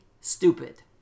stupid